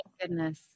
goodness